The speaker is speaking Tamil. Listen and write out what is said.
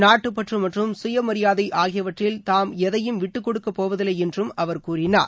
நாட்டுப்பற்று மற்றும் கயமரியாதை ஆகியவற்றில் தாம் எதையும் விட்டுக்கொடுக்கப்போவதில்லை என்று கூறினார்